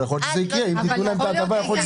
אבל יכול להיות שזה יקרה, אם תתנו להם את ההטבה.